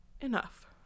enough